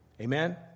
Amen